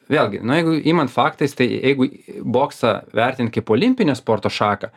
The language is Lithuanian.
vėlgi na jeigu imant faktais tai jeigu boksą vertint kaip olimpinę sporto šaką